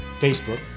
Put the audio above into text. Facebook